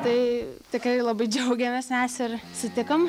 tai tikrai labai džiaugiamės mes ir sutikom